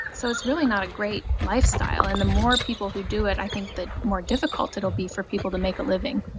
so it's really not a great lifestyle, and the more people who do it i think the more difficult it will be for people to make a living.